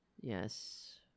Yes